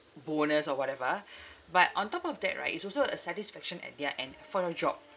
bonus or whatever but on top of that right it's also a satisfaction at their end for your job